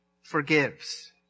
forgives